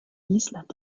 island